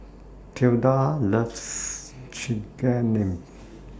Tilda loves Chigenabe